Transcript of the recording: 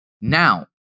Now